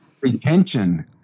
Retention